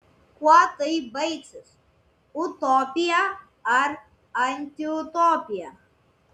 kuo tai baigsis utopija ar antiutopija